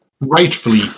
rightfully